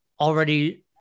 already